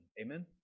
Amen